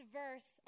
verse